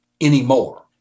anymore